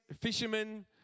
fishermen